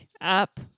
up